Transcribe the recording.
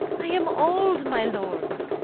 i am old my lords,